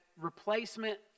replacement